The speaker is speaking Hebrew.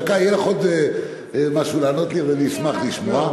דקה, יהיה לו עוד משהו לענות לי ואני אשמח לשמוע.